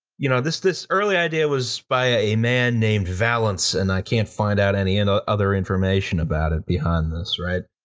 you know this this early idea was by a man named valance, and i can't find out any and ah other information about it behind this, right.